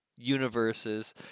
universes